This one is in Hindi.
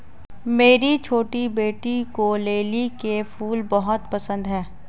मेरी छोटी बेटी को लिली के फूल बहुत पसंद है